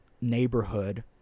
neighborhood